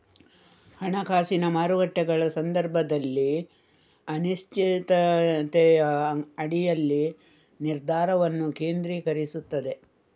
ಹಣಕಾಸಿನ ಮಾರುಕಟ್ಟೆಗಳ ಸಂದರ್ಭದಲ್ಲಿ ಅನಿಶ್ಚಿತತೆಯ ಅಡಿಯಲ್ಲಿ ನಿರ್ಧಾರವನ್ನು ಕೇಂದ್ರೀಕರಿಸುತ್ತದೆ